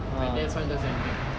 my dad's one just ended